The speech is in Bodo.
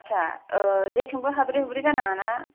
आछा जेथिंबो हाब्रे हुब्रे जानाङा ना